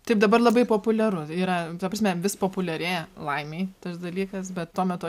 taip dabar labai populiaru yra ta prasme vis populiarėja laimei tas dalykas bet tuo metu